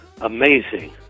amazing